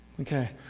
Okay